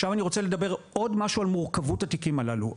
עכשיו אני רוצה לדבר עוד משהו על מורכבות התיקים הללו.